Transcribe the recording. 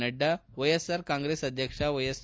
Nadda Y S R Congress ಅಧ್ವಕ್ಷ YS